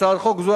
הצעת חוק זו,